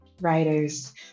Writers